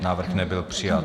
Návrh nebyl přijat.